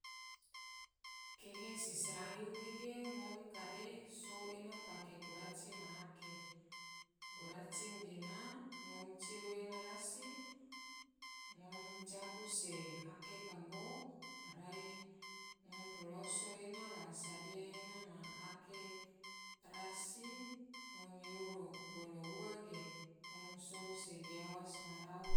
Kehe se sarang yuhi ge ngom kare sou ena pake goraci ma ake, goraci gena ngom ciru ena rasi ngom capu se ake kambo, rai ngom poloso ena la sadia ena na ake rasi ngom yuru, bolo ua ge ngom sou se giawas marau.